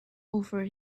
over